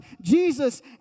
Jesus